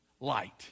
light